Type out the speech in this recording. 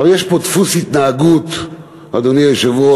הרי יש פה דפוס התנהגות, אדוני היושב-ראש,